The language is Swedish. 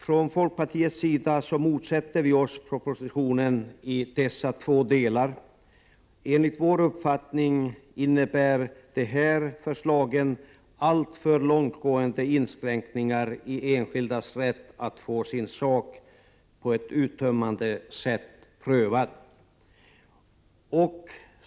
Från folkpartiets sida motsätter vi oss propositionen i dessa två delar. Enligt vår uppfattning innebär förslagen alltför långtgående inskränkningar i enskildas rätt att få sin sak prövad på ett uttömmande sätt.